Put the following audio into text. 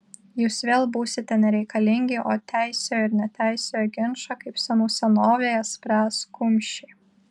jūs vėl būsite nereikalingi o teisiojo ir neteisiojo ginčą kaip senų senovėje spręs kumščiai